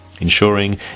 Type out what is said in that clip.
ensuring